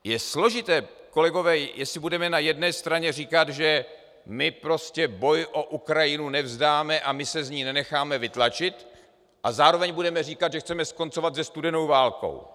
Je složité, kolegové, jestli budeme na jedné straně říkat, že prostě boj o Ukrajinu nevzdáme a my se z ní nenecháme vytlačit, a zároveň budeme říkat, že chceme skoncovat se studenou válkou.